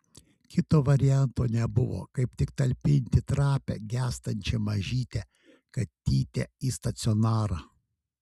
kito varianto nebuvo kaip tik talpinti trapią gęstančią mažytę katytę į stacionarą